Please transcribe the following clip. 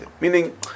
meaning